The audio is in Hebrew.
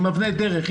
עם אבני דרך,